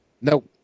Nope